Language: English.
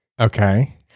Okay